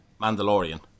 Mandalorian